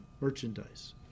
merchandise